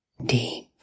deep